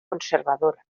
conservadora